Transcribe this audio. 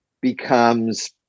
becomes